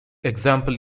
example